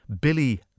Billy